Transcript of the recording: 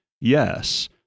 Yes